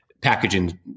packaging